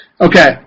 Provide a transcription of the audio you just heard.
Okay